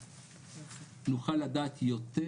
נוכל לדעת יותר,